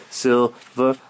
silver